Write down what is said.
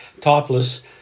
topless